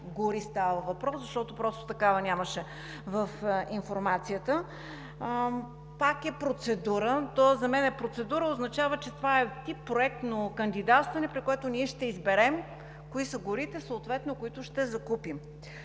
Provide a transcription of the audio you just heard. гори става въпрос, защото просто такава нямаше в информацията. Пак е процедура, то за мен процедура означава, че това е тип проектно кандидатстване, при което ние ще изберем кои са горите, които съответно ще закупим.